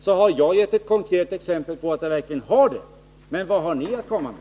Jag har givit ett konkret exempel på att det verkligen har det. Men vad har ni att komma med?